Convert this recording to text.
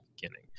beginning